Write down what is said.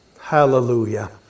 Hallelujah